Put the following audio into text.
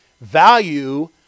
value